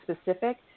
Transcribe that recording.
specific